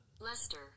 Leicester